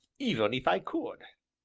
even if i could.